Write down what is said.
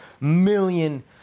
million